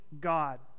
God